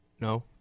No